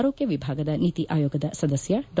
ಆರೋಗ್ತ ವಿಭಾಗದ ನೀತಿ ಆಯೋಗದ ಸದಸ್ತ ಡಾ